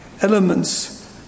elements